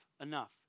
enough